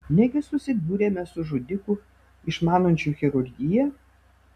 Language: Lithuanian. negi susidūrėme su žudiku išmanančiu chirurgiją